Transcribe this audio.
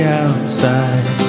outside